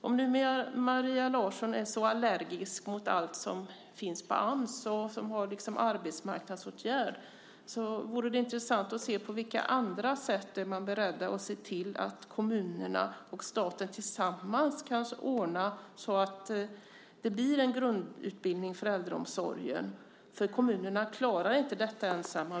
Om Maria Larsson nu är så allergisk mot Ams och allt som har med arbetsmarknadsåtgärder att göra skulle det vara intressant att få veta på vilka andra sätt man är beredd att se till att kommunerna och staten kanske tillsammans kan ordna så att det blir en grundutbildning för äldreomsorgen. Kommunerna klarar ju inte detta ensamma.